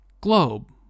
Globe